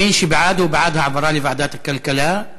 מי שבעד, הוא בעד העברה לוועדת הכלכלה.